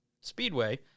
speedway